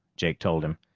jake told him.